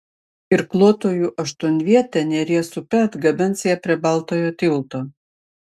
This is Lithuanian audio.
irkluotojų aštuonvietė neries upe atgabens ją prie baltojo tilto